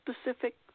specific